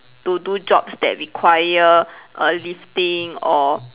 to do jobs that require err lifting or